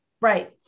right